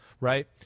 Right